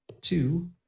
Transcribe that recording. two